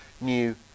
new